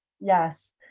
Yes